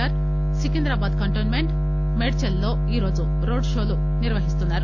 are Secunderabad cantonment Medchal లో ఈరోజు road షోలు నిర్వహిస్తున్నారు